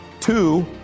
two